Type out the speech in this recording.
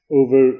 over